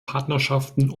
partnerschaften